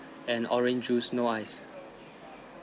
and orange juice no ice